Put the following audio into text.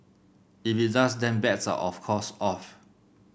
if it does then bets are of course off